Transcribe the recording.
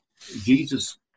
Jesus